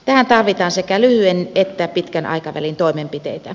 tähän tarvitaan sekä lyhyen että pitkän aikavälin toimenpiteitä